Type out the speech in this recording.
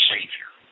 Savior